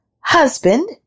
Husband